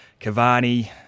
Cavani